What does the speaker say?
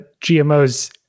GMOs